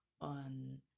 on